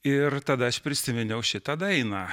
ir tada aš prisiminiau šitą dainą